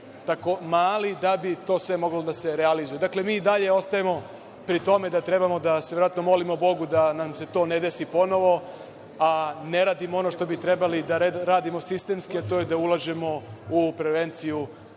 tako mali da bi to sve moglo da se realizuje. Dakle, mi i dalje ostajemo pri tome da treba da se verovatno molimo Bogu da nam se to ne desi ponovo, a ne radimo ono što bi trebalo da radimo sistemski, a to je da ulažemo u prevenciju,